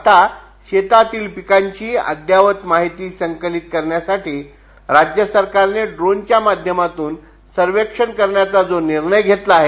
आता शेतातील पिकांची अद्ययावत माहिती संकलित करण्यासाठी राज्य सरकारनं ड्रोनच्या माध्यमातून सर्वेक्षण करण्याचा जो निर्णय घेतला आहे